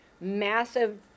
massive